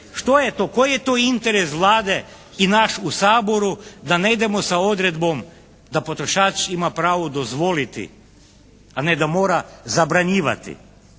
Što je to, koji je to interes Vlade i naš u Saboru da ne idemo sa odredbom da potrošač ima pravo dozvoliti a ne da mora zabrinjavati.